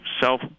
self